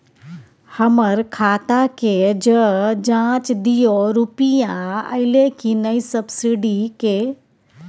हमर खाता के ज जॉंच दियो रुपिया अइलै की नय सब्सिडी के?